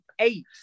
Eight